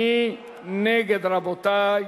מי נגד, רבותי?